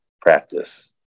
practice